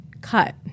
cut